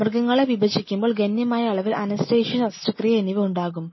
മൃഗങ്ങളെ വിഭജിക്കുമ്പോൾ ഗണ്യമായ അളവിൽ അനസ്തേഷ്യ ശസ്ത്രക്രിയ എന്നിവ ഉണ്ടാകും